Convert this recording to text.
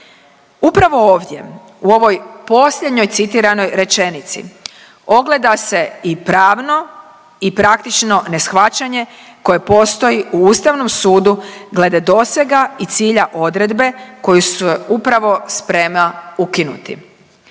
Upravo ovdje u ovoj posljednjoj citiranoj rečenici ogleda se i pravno i praktično neshvaćanje koje postoji u Ustavnom sudu glede dosega i cilja odredbe koji su joj upravo sprema ukinuti.